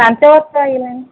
ପାଞ୍ଚବର୍ଷ ହୋଇଗଲାଣି